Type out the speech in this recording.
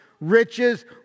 riches